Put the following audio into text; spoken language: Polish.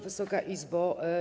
Wysoka Izbo!